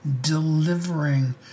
delivering